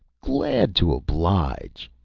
glad to oblige!